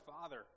father